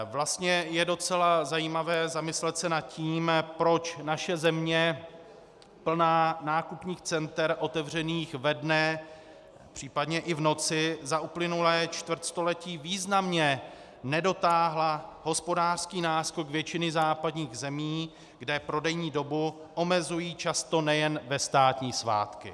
Vlastně je docela zajímavé zamyslet se nad tím, proč naše země plná nákupních center otevřených ve dne, případně i v noci, za uplynulé čtvrtstoletí významně nedotáhla hospodářský náskok většiny západních zemí, kde prodejní dobu omezují často nejen ve státní svátky.